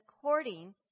according